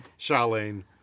Charlene